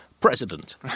president